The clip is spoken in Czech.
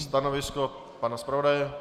Stanovisko pana zpravodaje?